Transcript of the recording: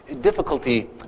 Difficulty